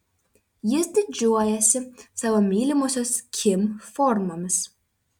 jis didžiuojasi savo mylimosios kim formomis